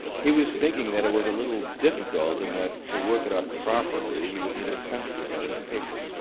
he was thinking that it was a little difficult and that, to work it out properly, he would need a pencil and a bit of paper.